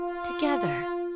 Together